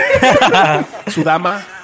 Sudama